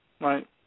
Right